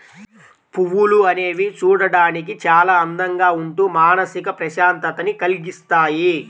పువ్వులు అనేవి చూడడానికి చాలా అందంగా ఉంటూ మానసిక ప్రశాంతతని కల్గిస్తాయి